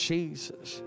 Jesus